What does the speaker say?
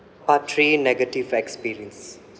part three negative experience